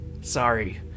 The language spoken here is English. Sorry